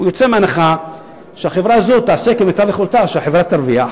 הוא יוצא מהנחה שהחברה הזאת תעשה כמיטב יכולתה כדי להרוויח,